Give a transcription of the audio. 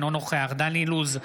אינו נוכח דן אילוז,